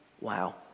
wow